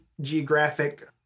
geographic